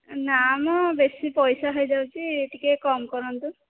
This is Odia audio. ନା ମ ବେଶୀ ପଇସା ହୋଇଯାଉଛି ଟିକିଏ କମ୍ କରନ୍ତୁ